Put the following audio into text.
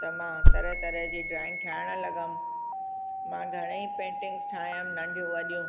त मां तरह तरह जी ड्राइंग ठाहिणु लॻमि मां घणई पेंटिंग्स ठाही हुयमि नंढियूं वॾियूं